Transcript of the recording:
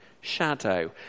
shadow